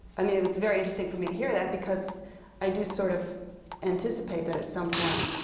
i mean, it was very interesting for me to hear that. because i do sort of anticipate that at some point,